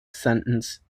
sentence